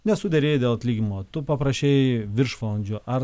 nesuderėjai dėl atlyginimo tu paprašei viršvalandžių ar